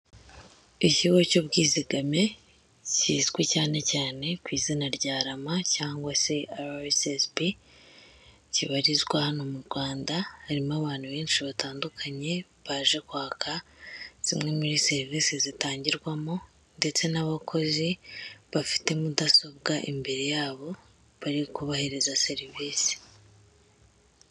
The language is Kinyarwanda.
Ikigo cy'ubwizigame kizwi cyane cyane ku izina rya rama cyangwa se arasesibi kibarizwa hano mu Rwanda, harimo abantu benshi batandukanye baje kwaka zimwe muri serivisi zitangirwamo ndetse n'abakozi bafite mudasobwa imbere yabo, bari kubahereza serivisi.